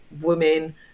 women